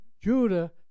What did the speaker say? Judah